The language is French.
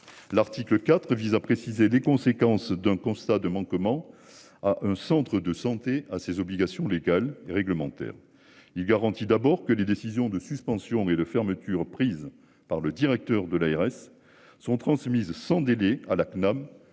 L'article 4 vise à préciser les conséquences d'un constat de manquement à un centre de santé à ses obligations légales et réglementaires. Il garantit d'abord que les décisions de suspension et de fermeture prise par le directeur de l'ARS sont transmises sans délai à la CNAM